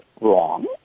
wrong